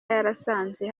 yarasanze